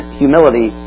humility